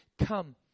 come